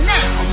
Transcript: now